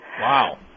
Wow